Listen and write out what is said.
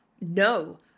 No